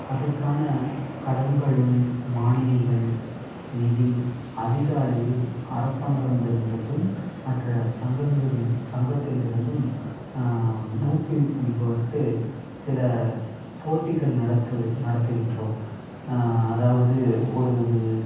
அதற்கான கடன்களும் மானியங்கள் நிதி அதிக அளவில் அரசாங்கமிடம் இருந்தும் மற்ற சங்கங்கள் சங்கத்தில் இருந்தும் ஊக்குவிக்கும் பொருட்டு சில போட்டிகள் நடத்து நடத்துகின்றோம் அதாவது ஒரு